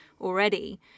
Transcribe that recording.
already